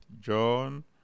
John